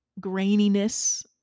graininess